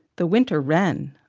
the winter wren,